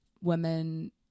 women